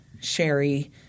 Sherry